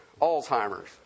Alzheimer's